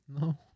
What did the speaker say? No